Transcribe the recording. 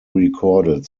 recorded